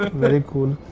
very cool.